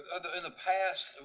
ah the and the past,